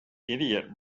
idiot